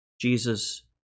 Jesus